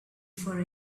for